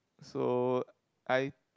so I